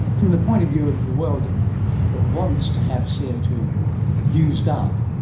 from the point of view of the world that wants to have c o two used up,